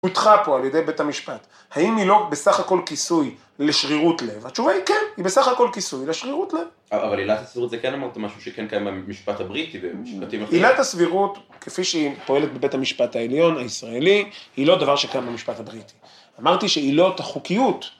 ‫אותך פה על ידי בית המשפט, ‫האם היא לא בסך הכל כיסוי לשרירות לב? ‫התשובה היא כן, ‫היא בסך הכל כיסוי לשרירות לב. ‫אבל עילת הסבירות זה כן אמרת ‫משהו שכן קיים במשפט הבריטי ‫ובמשפטים אחרים? ‫-עילת הסבירות, ‫כפי שהיא פועלת בבית המשפט העליון, ‫הישראלי, ‫היא לא דבר שקיים במשפט הבריטי. ‫אמרתי שעילות החוקיות...